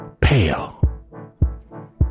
pale